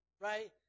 Right